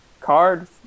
card